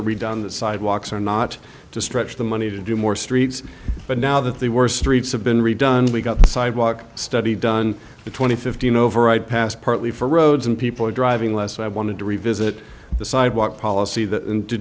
are redone the sidewalks are not to stretch the money to do more streets but now that the worst streets have been redone we got the sidewalk study done twenty fifteen over ride past partly for roads and people driving less so i wanted to revisit the sidewalk policy that and to